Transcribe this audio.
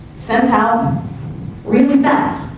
sent out really fast.